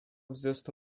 wzrostu